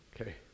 okay